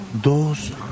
dos